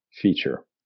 feature